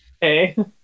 Hey